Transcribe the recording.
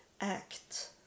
act